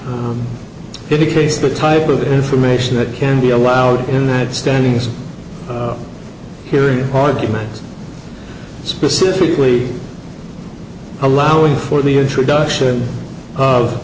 a case that type of information that can be allowed in that standings hearing arguments specifically allowing for the introduction of